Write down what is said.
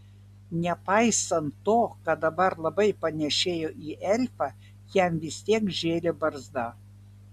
nepaisant to kad dabar labai panėšėjo į elfą jam vis tiek žėlė barzda